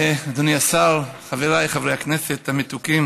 אדוני השר, חבריי חברי הכנסת המתוקים